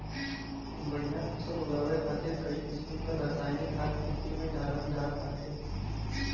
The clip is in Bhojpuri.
बढ़िया फसल उगावे खातिर कई किसिम क रासायनिक खाद खेते में डालल जात बाटे